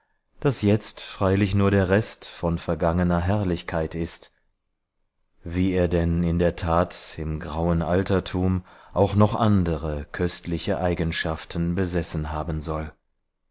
das jetzt freilich nur der rest von vergangener herrlichkeit ist wie er denn in der tat im grauen altertum auch noch andere köstliche eigenschaften besessen haben soll